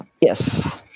Yes